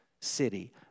city